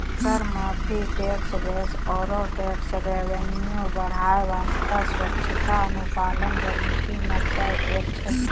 कर माफी, tax base आरो टैक्स रेवेन्यू बढ़ाय बासतें स्वैछिका अनुपालन रणनीति मे सं एक छै